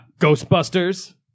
Ghostbusters